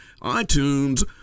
iTunes